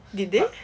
did they